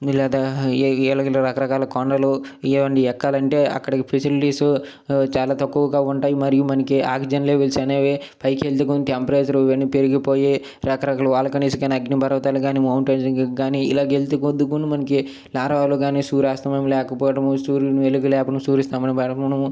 ఇలాగ ఇలాగా నీలగిరి రకరకాల కొండలు ఇవన్నీ ఎక్కాలంటే అక్కడ ఫెసిలిటీస్ చాలా తక్కువగా ఉంటాయి మరియు మనకి ఆక్సిజన్ లెవెల్స్ అనేవి పైకి వెళితే కొంచెం టెంపరేచర్ ఇవన్నీ పెరిగిపోయి రకరకాల వాల్కనీస్ కాని అగ్నిపర్వతాలు కాని మౌంటైన్స్ కాని ఇలా వెళ్లే పోతు పోతు మనకి గాని సూర్యాస్తమయం లేకపోవడం సూర్యుడు వెలుగు లేకుండా సూర్య అస్తమం అవడం